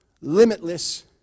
limitless